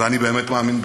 ואני באמת מאמין בזה,